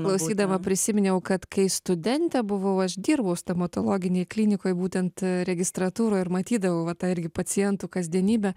klausydama prisiminiau kad kai studentė buvau aš dirbau stomatologinėj klinikoj būtent registratūroj ir matydavau va tą irgi pacientų kasdienybę